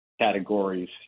categories